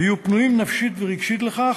ויהיו פנויים נפשית ורגשית לכך,